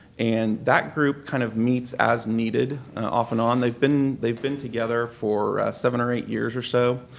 and that group kind of meets as needed off and on. they've been they've been together for seven or eight years or so,